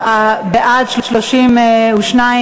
התשע"ג 2013,